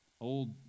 old